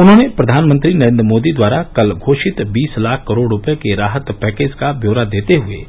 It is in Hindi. उन्होंने प्रधानमंत्री नरेंद्र मोदी द्वारा कल घोषित बीस लाख करोड़ रूपये के राहत पैकेज का ब्यौरा देते हए